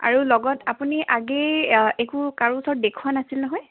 আৰু লগত আপুনি আগেই একো কাৰো ওচৰত দেখুওৱা নাছিল নহয়